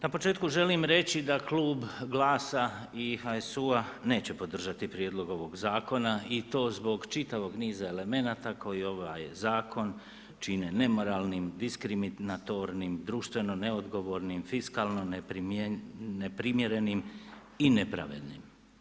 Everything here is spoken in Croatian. Na početku želim reći da klub GLAS-a i HSU-a neće podržati prijedlog ovog zakona i to zbog čitavog niza elemenata koji ovaj zakon čine nemoralnim, diskriminatornim, društveno neodgovornim, fiskalno neprimjerenim i nepravednim.